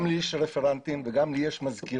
גם לי יש רפרנטים וגם לי יש מזכירות.